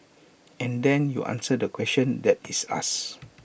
and then you answer the question that is asked